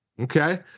Okay